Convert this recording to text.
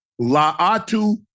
laatu